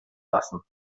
lassen